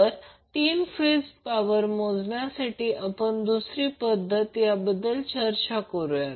तर तीन phase power मोजण्यासाठी आपण दुसरी पद्धत याबद्दल चर्चा करूया